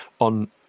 on